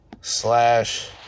slash